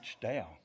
down